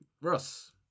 russ